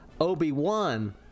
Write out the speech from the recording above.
Obi-Wan